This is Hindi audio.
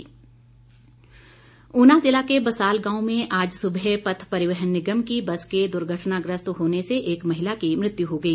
दुर्घटना ऊना ज़िला के बसाल गांव में आज सुबह पथ परिवहन निगम की बस के दुर्घटनाग्रस्त होने से एक महिला की मृत्यु हो गई